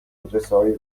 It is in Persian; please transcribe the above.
مدرسههای